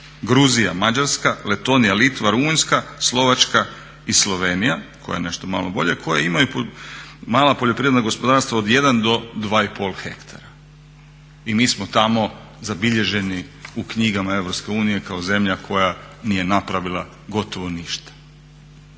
Gruzija, Mađarska, Letonija, Litva, Rumunjska, Slovačka i Slovenija koja je nešto malo bolja koje imaju mala poljoprivredna gospodarstva od 1 do 2 i pol hektara. I mi smo tamo zabilježeni u knjigama EU kao zemlja koja nije napravila gotovo ništa.